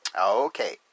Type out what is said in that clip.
Okay